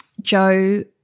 Joe